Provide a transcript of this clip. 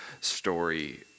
story